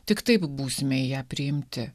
tik taip būsime į ją priimti